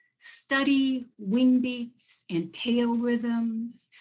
study wingbeats and tail rhythms.